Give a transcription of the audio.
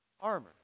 armor